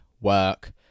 work